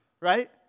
right